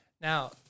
Now